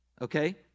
okay